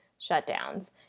shutdowns